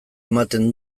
ematen